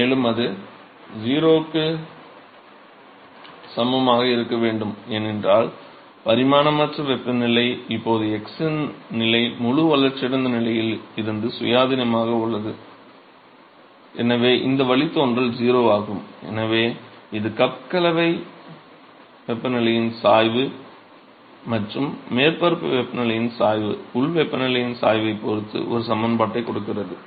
மேலும் அது 0 க்கு சமமாக இருக்க வேண்டும் ஏனென்றால் பரிமாணமற்ற வெப்பநிலை இப்போது x யின் நிலை முழு வளர்ச்சியடைந்த நிலையில் இருந்து சுயாதீனமாக உள்ளது எனவே இந்த வழித்தோன்றல் 0 ஆகும் எனவே இது கப் கலவை வெப்பநிலையின் சாய்வு மற்றும் மேற்பரப்பு வெப்பநிலையின் சாய்வு உள் வெப்பநிலையின் சாய்வை பொறுத்து ஒரு சமன்பாட்டைக் கொடுக்கிறது